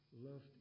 loved